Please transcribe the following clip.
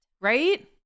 Right